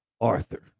Arthur